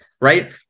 right